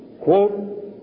quote